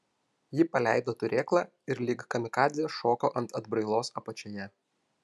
ji paleido turėklą ir lyg kamikadzė šoko ant atbrailos apačioje